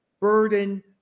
burden